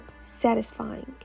satisfying